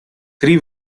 three